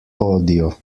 podio